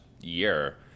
year